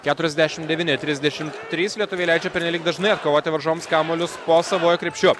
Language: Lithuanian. keturiasdešimt devyni trisdešimt trys lietuviai leidžia pernelyg dažnai atkovoti varžovams kamuolius po savuoju krepšiu